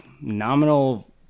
nominal